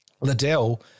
Liddell